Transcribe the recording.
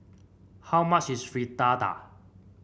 how much is Fritada